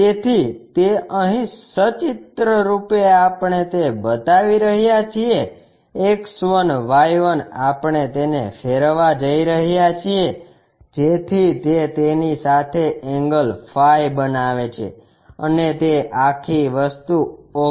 તેથી તે અહીં સચિત્રરૂપે આપણે તે બતાવી રહ્યા છીએ X1Y1 આપણે તેને ફેરવવા જઈ રહ્યા છીએ જેથી તે તેની સાથે એન્ગલ ફાઇ બનાવે અને તે આખી વસ્તુ A